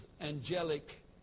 angelic